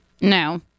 No